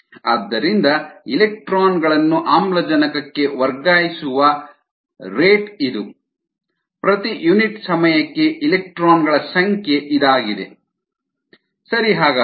ಆದ್ದರಿಂದ ಎಲೆಕ್ಟ್ರಾನ್ ಗಳನ್ನು ಆಮ್ಲಜನಕಕ್ಕೆ ವರ್ಗಾಯಿಸುವ ರೇಟ್ ಇದು ಪ್ರತಿ ಯುನಿಟ್ ಸಮಯಕ್ಕೆ ಎಲೆಕ್ಟ್ರಾನ್ ಗಳ ಸಂಖ್ಯೆ ಇದಾಗಿದೆ ಸರಿ ಹಾಗಾದರೆ